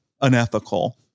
unethical